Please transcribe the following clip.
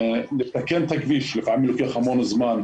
לתקן את הכבישים לפעמים לוקח המון זמן.